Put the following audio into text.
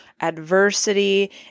adversity